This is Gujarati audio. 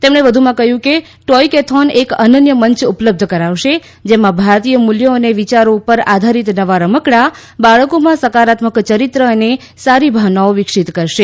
તેમણે કહ્યું કે ટોયકૈથોન એક અનન્ય મંચ ઉપલબ્ધ કરાવશે જેમાં ભારતીય મૂલ્યો અને વિચારો ઉપર આધારિત નવા રમકડાં બાળકોમાં સકારાત્મક ચરિત્ર અને સારી ભાવનાઓ વિકસિત કરશે